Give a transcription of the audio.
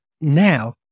now